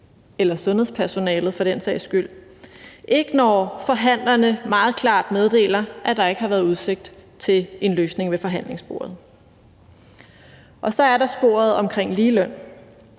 eller sundhedspersonalet for den sags skyld, ikke når forhandlerne meget klart meddeler, at der ikke har været udsigt til en løsning ved forhandlingsbordet. Så er der sporet om ligeløn.